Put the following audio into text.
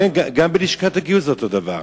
מעניין, גם בלשכת הגיוס זה אותו דבר.